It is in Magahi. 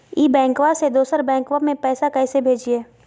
ई बैंकबा से दोसर बैंकबा में पैसा कैसे भेजिए?